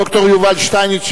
ד"ר יובל שטייניץ,